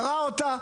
קרעה אותה,